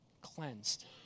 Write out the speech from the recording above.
cleansed